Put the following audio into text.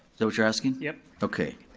that what you're asking? yep. okay.